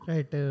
Right